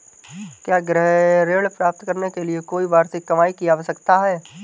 क्या गृह ऋण प्राप्त करने के लिए कोई वार्षिक कमाई की आवश्यकता है?